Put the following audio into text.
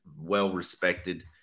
well-respected